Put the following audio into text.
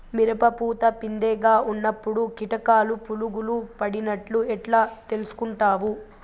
మిరప పూత పిందె గా ఉన్నప్పుడు కీటకాలు పులుగులు పడినట్లు ఎట్లా తెలుసుకుంటావు?